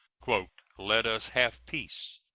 let us have peace.